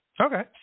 Okay